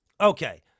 Okay